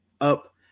up